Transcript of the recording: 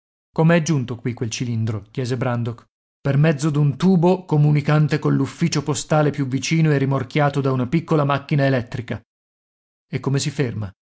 come è giunto qui quel cilindro chiese brandok per mezzo d'un tubo comunicante coll'ufficio postale più vicino e rimorchiato da una piccola macchina elettrica e come si ferma